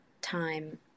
time